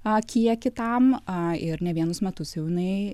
a kiekį tam a ir ne vienus metus jau jinai